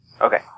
Okay